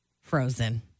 Frozen